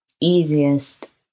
easiest